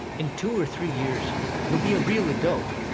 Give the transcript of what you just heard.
in two or three years, you'll be a real adult